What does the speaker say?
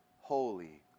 holy